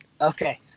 Okay